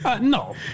No